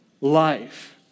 life